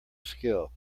skill